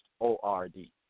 O-R-D